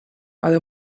ale